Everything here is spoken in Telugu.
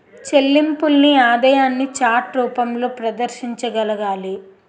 చెల్లింపుల్ని ఆదాయాన్ని చార్ట్ రూపంలో ప్రదర్శించగలగాలి